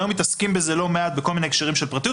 והיום מתעסקים בזה לא מעט בכל מיני הקשרים של פרטיות,